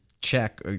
check